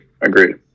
Agreed